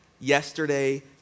yesterday